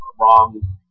wrong